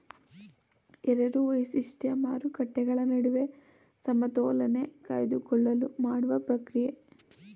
ಎರಡು ವೈಶಿಷ್ಟ್ಯ ಮಾರುಕಟ್ಟೆಗಳ ನಡುವೆ ಸಮತೋಲನೆ ಕಾಯ್ದುಕೊಳ್ಳಲು ಮಾಡುವ ಪ್ರಕ್ರಿಯೆ